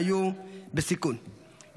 שהיו בסיכון.